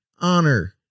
honor